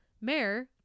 mayor